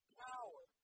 power